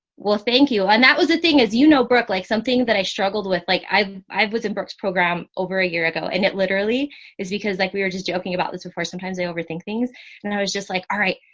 well, thank you. and that was the thing is, you know, brooklyn, like something that i struggled with, like i've i've was in brooke's program over a year ago. and it literally is because like, we were just joking about this before. sometimes they overthink things and i was just like, alright,